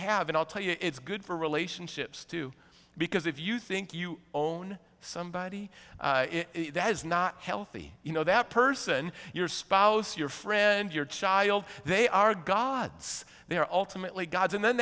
have and i'll tell you it's good for relationships too because if you think you own somebody that is not healthy you know that person your spouse your friend your child they are gods they are ultimately gods and then